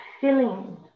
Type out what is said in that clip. filling